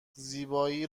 زیبایی